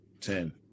ten